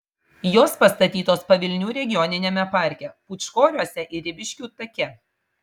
jos pastatytos pavilnių regioniniame parke pūčkoriuose ir ribiškių take